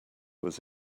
was